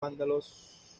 vándalos